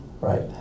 right